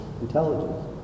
intelligence